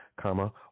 comma